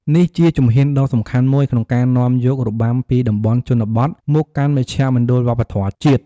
នេះជាជំហានដ៏សំខាន់មួយក្នុងការនាំយករបាំពីតំបន់ជនបទមកកាន់មជ្ឈមណ្ឌលវប្បធម៌ជាតិ។